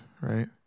right